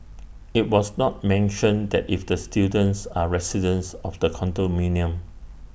IT was not mentioned that if the students are residents of the condominium